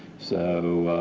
so,